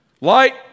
Light